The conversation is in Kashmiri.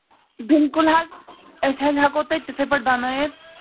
بِلکُل حظ أسۍ حظ ہٮ۪کو تۄہہِ تِتھَے پٲٹھۍ بَنٲیِتھ